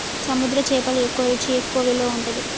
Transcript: సముద్ర చేపలు ఎక్కువ రుచి ఎక్కువ విలువ ఉంటది